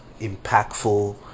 impactful